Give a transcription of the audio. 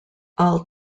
all